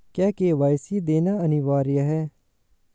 क्या के.वाई.सी देना अनिवार्य है?